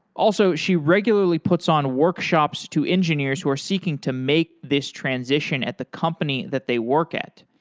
also, she regularly puts on workshops to engineers who are seeking to make this transition at the company that they work at.